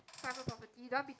private property don't want B_T_O